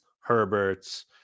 Herberts